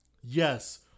yes